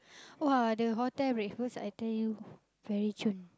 !wah! the hotel breakfast I tell you very chun